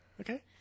Okay